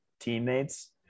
teammates